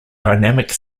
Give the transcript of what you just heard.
dynamic